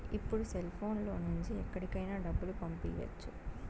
ఇప్పుడు సెల్ఫోన్ లో నుంచి ఎక్కడికైనా డబ్బులు పంపియ్యచ్చు